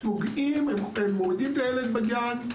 מורידים את הילד בגן,